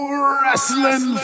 wrestling